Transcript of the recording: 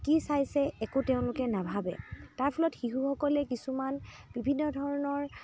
কি চাইছে একো তেওঁলোকে নাভাবে তাৰ ফলত শিশুসকলে কিছুমান বিভিন্ন ধৰণৰ